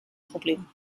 problem